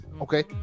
okay